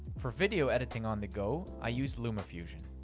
for video editing on the go, i use lumafusion.